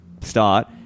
start